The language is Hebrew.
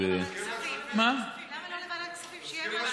למה לא לוועדת כספים?